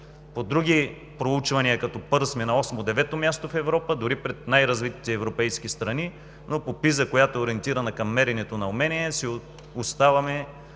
По други проучвания като Perse сме на осмо-девето място в Европа – дори пред най-развитите европейски страни, но по PISA, която е ориентирана към меренето на умения, си оставаме